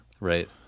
Right